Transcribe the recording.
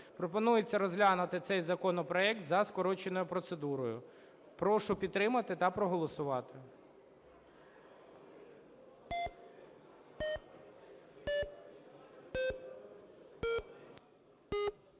Пропонується розглянути цей законопроект за скороченою процедурою. Прошу підтримати та проголосувати.